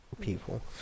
people